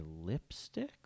lipstick